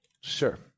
Sure